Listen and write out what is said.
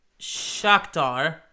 Shakhtar